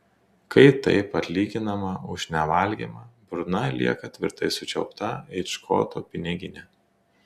kai taip atlyginama už nevalgymą burna lieka tvirtai sučiaupta it škoto piniginė